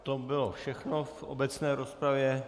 To bylo všechno v obecné rozpravě.